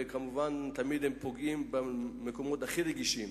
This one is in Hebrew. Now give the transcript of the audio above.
והם תמיד פוגעים במקומות הכי רגישים.